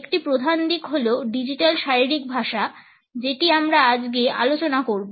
একটি প্রধান দিক হলো ডিজিটাল শারীরিক ভাষা যেটি আমরা আজকে আলোচনা করব